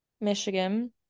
Michigan